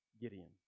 Gideon